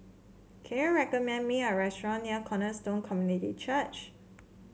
can you recommend me a restaurant near Cornerstone Community Church